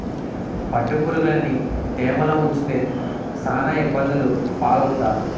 పట్టుపురుగులుని తేమలో ఉంచితే సాన ఇబ్బందులు పాలవుతారు